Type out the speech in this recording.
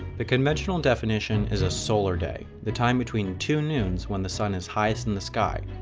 the conventional definition is a solar day. the time between two noons when the sun is highest in the sky.